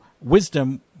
wisdom